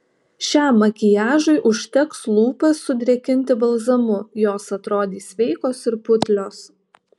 šiam makiažui užteks lūpas sudrėkinti balzamu jos atrodys sveikos ir putlios